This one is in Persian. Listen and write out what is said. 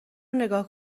نگاه